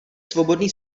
svobodný